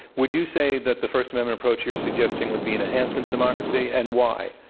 would you say that the first amendment approach you're suggesting would be an enhancement to democracy, and why?